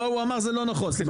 לא הוא אמר 'זה לא נכון' סליחה,